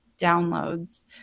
downloads